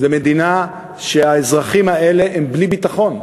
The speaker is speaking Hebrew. זו מדינה שהאזרחים האלה הם בלי ביטחון,